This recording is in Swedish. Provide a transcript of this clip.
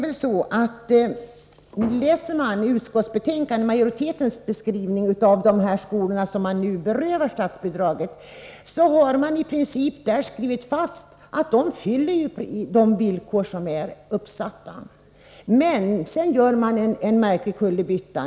Om man i utskottsbetänkandet läser majoritetens beskrivning av de skolor som nu berövas statsbidrag finner man att det i princip slås fast att dessa skolor uppfyller de villkor som är uppsatta. Men sedan gör utskottsmajoriteten en märklig kullerbytta.